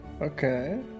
Okay